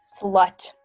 Slut